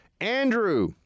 Andrew